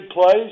plays